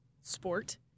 sport